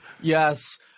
Yes